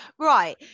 Right